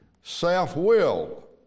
Self-will